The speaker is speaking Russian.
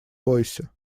бойся